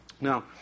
Now